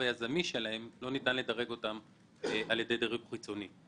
היזמי שלהן לא ניתן לדרג אותן על ידי דירוג חיצוני.